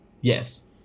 Yes